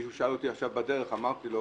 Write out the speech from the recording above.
מישהו שאל אותי בדרך, אמרתי לו